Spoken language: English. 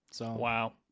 Wow